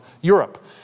Europe